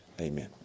Amen